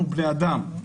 אנחנו בני אדם,